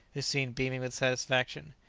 who seemed beaming with satisfaction.